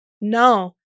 no